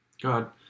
God